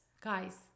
Guys